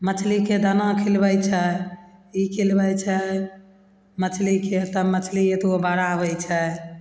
मछलीके दाना खिलबय छै ई खिलबय छै मछलीके तब मछली एतबो बड़ा होइ छै